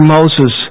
Moses